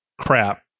crap